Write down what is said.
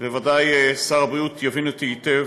בוודאי שר הבריאות יבין אותי היטב: